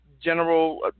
general